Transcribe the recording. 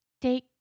Take